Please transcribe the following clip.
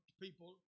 people